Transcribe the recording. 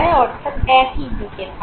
অর্থাৎ একই দিকে থাকে